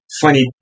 funny